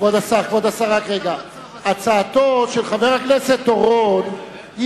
כבוד השר, הצעתו של חבר הכנסת אורון היא